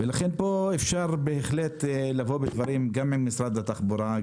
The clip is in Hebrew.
ולכן פה אפשר בהחלט לבוא בדברים עם משרד התחבורה,